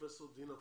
פרופסור דינה פורת,